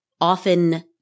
often